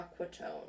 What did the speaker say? Aquatone